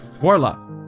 warlock